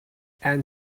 and